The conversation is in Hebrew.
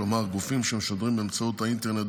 כלומר גופים שמשדרים באמצעות האינטרנט,